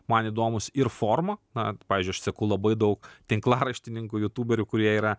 man įdomūs ir forma na pavyzdžiui aš seku labai daug tinklaraštininkų jutūberių kurie yra